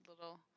little